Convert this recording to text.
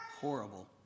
horrible